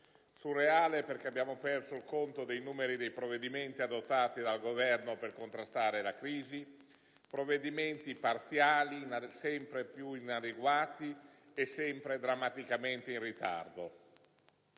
surreale. Infatti, abbiamo perso il conto dei provvedimenti adottati dal Governo per contrastare la crisi, provvedimenti parziali e sempre più inadeguati e drammaticamente in ritardo.